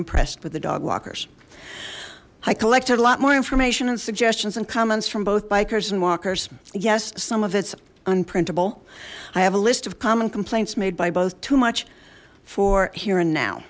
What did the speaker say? impressed with the dog walkers i collected a lot more information and suggestions and comments from both bikers and walkers yes some of its unprintable i have a list of common complaints made by both too much for here and now